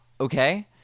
okay